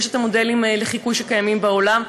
יש המודלים לחיקוי שקיימים בעולם,